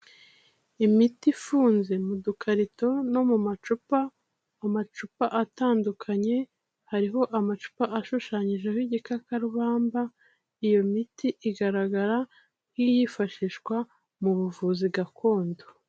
Imiti ifunze mu dukarito no mu macupa, amacupa atandukanye, hariho amacupa ashushanyijeho igikakarubamba, iyo miti igaragara nk'iyifashishwa mu buvuzi gakondo.